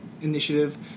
initiative